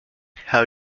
how